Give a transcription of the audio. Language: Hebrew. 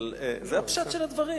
אבל זה הפשט של הדברים.